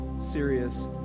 serious